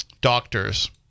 doctors